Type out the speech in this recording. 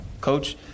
coach –